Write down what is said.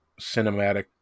cinematic